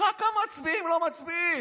רק המצביעים לא מצביעים.